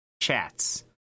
Chats